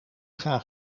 graag